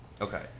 Okay